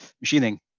machining